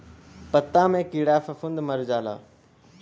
पत्ता मे कीड़ा फफूंद मर जाला